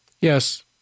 Yes